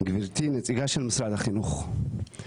גברתי נציגת משרד החינוך,